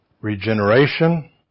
regeneration